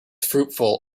fruitful